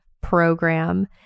program